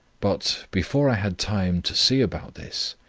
but, before i had time to see about this,